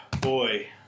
boy